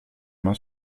main